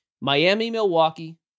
Miami-Milwaukee